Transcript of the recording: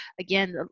again